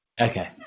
okay